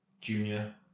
junior